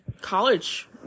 college